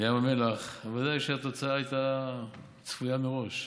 לים המלח, ודאי שהתוצאה הייתה צפויה מראש.